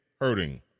hurting